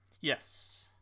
Yes